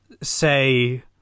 say